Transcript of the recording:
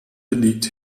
liegt